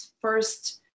first